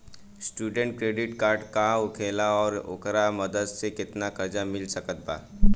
Student credit card का होखेला और ओकरा मदद से केतना कर्जा मिल सकत बा?